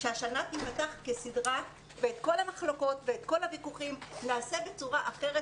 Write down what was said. שהשנה תיפתח כסדרה ואת כל המחלוקות ואת כל הוויכוחים נעשה בצורה אחרת,